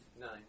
Nine